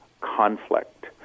conflict